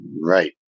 Right